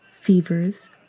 fevers